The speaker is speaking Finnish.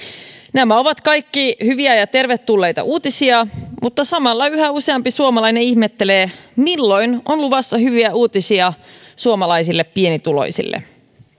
nämä ovat kaikki hyviä ja tervetulleita uutisia mutta samalla yhä useampi suomalainen ihmettelee milloin on luvassa hyviä uutisia suomalaisille pienituloisille